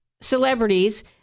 celebrities